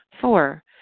Four